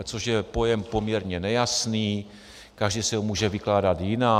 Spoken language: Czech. Což je pojem poměrně nejasný, každý si ho může vykládat jinak.